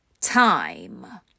Time